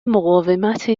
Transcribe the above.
مقاومت